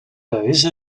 those